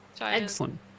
Excellent